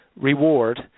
reward